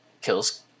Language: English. Kills